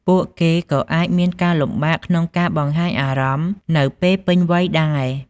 ពួកគេក៏អាចមានការលំបាកក្នុងការបង្ហាញអារម្មណ៍នៅពេលពេញវ័យដែរ។